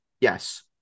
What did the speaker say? yes